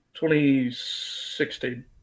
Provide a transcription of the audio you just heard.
2016